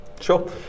sure